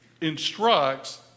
instructs